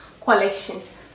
Collections